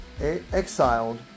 exiled